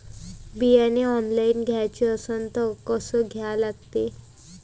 बियाने ऑनलाइन घ्याचे असन त कसं घ्या लागते?